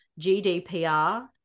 GDPR